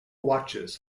watches